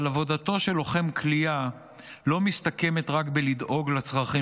אבל עבודתו של לוחם כליאה לא מסתכמת רק בלדאוג לצרכים